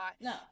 no